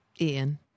Ian